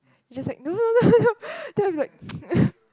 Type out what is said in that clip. you just like no no no no then I'm like